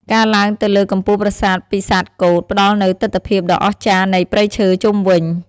ការឡើងទៅលើកំពូលប្រាសាទពិសាទកូដផ្តល់នូវទិដ្ឋភាពដ៏អស្ចារ្យនៃព្រៃឈើជុំវិញ។